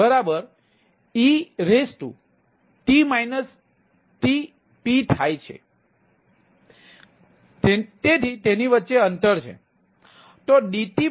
તેથીRTet tp થાય છે તેથી તેની વચ્ચે અંતર છે